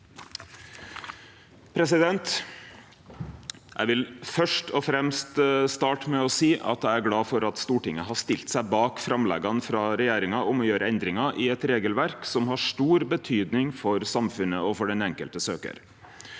Eg vil først og fremst starte med å seie at eg er glad for at Stortinget har stilt seg bak framlegga frå regjeringa om å gjere endringar i eit regelverk som har stor betydning for samfunnet og for den enkelte søkjaren.